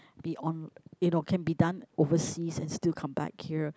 be on you know can be done overseas and still come back here